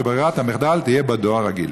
ברירת המחדל תהיה בדואר רגיל?